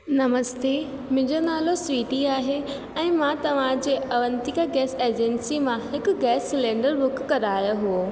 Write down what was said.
नमस्ते मुंहिंजो नालो स्वीटी आहे ऐं मां तव्हांजे अवंतिका गैस एजेंसी मां हिकु गैस सिलेंडर बुक करायो हुओ